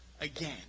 again